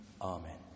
Amen